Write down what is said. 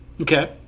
Okay